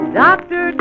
doctor